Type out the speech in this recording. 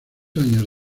años